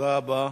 תודה רבה.